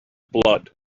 blood